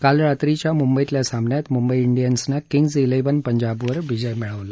काल रात्रीच्या मुंबईतल्या सामन्यात मुंबई इंडियन्सनं किंग्ज इलेवन पंजाबवर विजय मिळवला